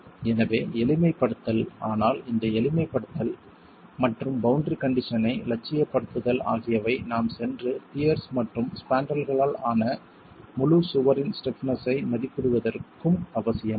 எனவே எளிமைப்படுத்தல் ஆனால் இந்த எளிமைப்படுத்தல் மற்றும் பௌண்டரி கண்டிஷன் ஐ இலட்சியப்படுத்துதல் ஆகியவை நாம் சென்று பியர்ஸ் மற்றும் ஸ்பான்ரல்களால் ஆன முழு சுவரின் ஸ்டிப்னஸ் ஐ மதிப்பிடுவதற்கும் அவசியமாகும்